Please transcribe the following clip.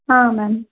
ಹಾಂ ಮ್ಯಾಮ್